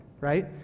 right